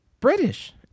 british